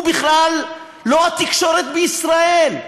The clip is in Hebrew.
הוא בכלל לא התקשורת בישראל.